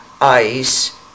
ice